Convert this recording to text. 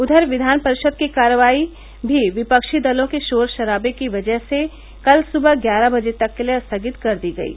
उघर विघान परिषद की कार्यवाही भी विपक्षी दलों के शोर शराबे की वजह से कल सुबह ग्यारह बजे तक के लिए स्थगित कर दी गयी